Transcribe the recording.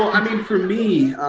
well, i mean for me,